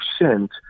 percent